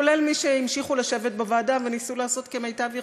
כולל מי שהמשיכו לשבת בוועדה וניסו לעשות כמיטב יכולתם,